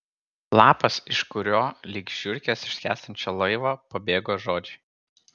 lapas iš kurio lyg žiurkės iš skęstančio laivo pabėgo žodžiai